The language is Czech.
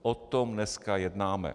O tom dneska jednáme.